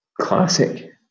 classic